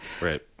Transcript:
Right